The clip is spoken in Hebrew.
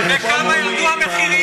בכמה ירדו המחירים?